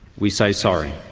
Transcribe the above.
we say sorry.